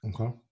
Okay